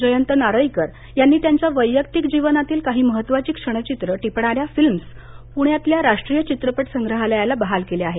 जयंत नारळीकर यांनी त्यांच्या वैयक्तिक जीवनातील काही महत्वाची क्षणचित्रे टिपणाऱ्या फिल्म्स प्ण्यातल्या राष्ट्रीय चित्रपट संग्रहालयाला बहाल केल्या आहेत